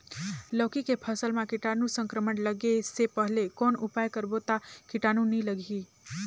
लौकी के फसल मां कीटाणु संक्रमण लगे से पहले कौन उपाय करबो ता कीटाणु नी लगही?